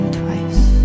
twice